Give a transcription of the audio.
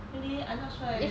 really I not sure eh